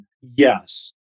yes